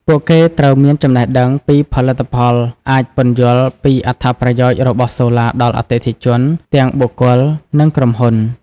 ពួកគេត្រូវមានចំណេះដឹងពីផលិតផលអាចពន្យល់ពីអត្ថប្រយោជន៍របស់សូឡាដល់អតិថិជន ទាំងបុគ្គល និងក្រុមហ៊ុន។